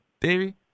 Davey